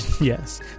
Yes